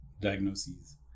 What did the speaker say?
diagnoses